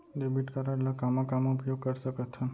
Debit card ला कामा कामा उपयोग कर सकथन?